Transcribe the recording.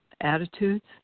attitudes